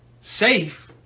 safe